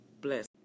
Bless